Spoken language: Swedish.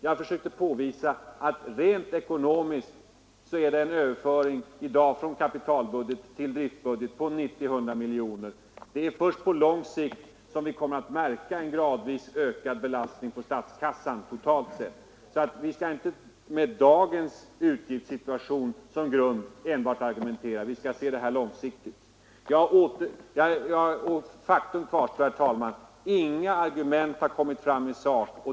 Jag försökte påvisa att rent ekonomiskt är det en överföring i dag från kapitalbudget till driftbudget på 90—100 miljoner kronor. Det är först på lång sikt som vi kommer att märka en gradvis ökad belastning på statskassan totalt sett. Vi skall därför inte argumentera enbart med dagens utgiftssituation som grund. Vi skall se detta på lång sikt. Faktum är, herr talman, att inga argument har kommit fram i sak.